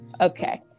okay